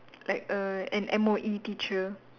like err an M_O_E teacher